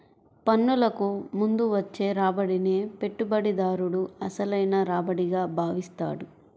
పన్నులకు ముందు వచ్చే రాబడినే పెట్టుబడిదారుడు అసలైన రాబడిగా భావిస్తాడు